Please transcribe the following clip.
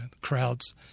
crowds